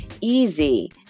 easy